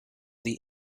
the